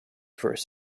first